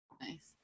Nice